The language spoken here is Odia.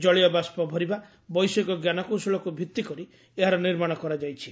ଜଳୀୟ ବାଷ୍ପ ଭରିବା ବୈଷୟିକ ଜ୍ଞାନକୌଶଳକୁ ଭିତ୍ତି କରି ଏହାର ନିର୍ମାଣ କରାଯାଇଛି